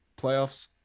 playoffs